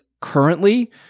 currently